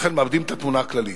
ולכן מאבדים את התמונה הכללית.